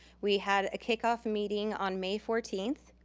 we had a kickoff meeting on may fourteenth.